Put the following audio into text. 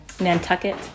Nantucket